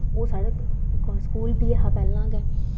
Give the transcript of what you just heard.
ओह् साढ़ै स्कूल बी ऐ हां पैह्लें गै